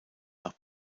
nach